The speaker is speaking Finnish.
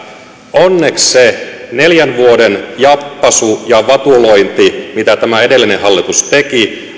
onneksi se neljän vuoden jappaisu ja vatulointi mitä edellinen hallitus teki